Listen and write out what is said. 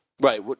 Right